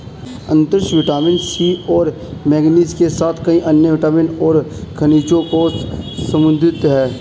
अनन्नास vitamin C और manganese के साथ कई अन्य विटामिन और खनिजों में समृद्ध हैं